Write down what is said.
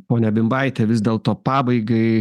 ponia bimbaite vis dėlto pabaigai